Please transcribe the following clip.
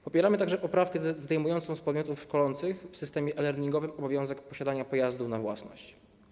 Popieramy także poprawkę zdejmującą z podmiotów szkolących w systemie e-learningowym obowiązek posiadania pojazdu na własność.